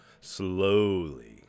slowly